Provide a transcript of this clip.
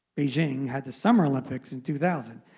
beijing had the summer olympics in two thousand.